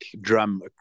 drum